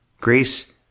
Grace